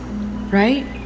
right